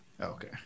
Okay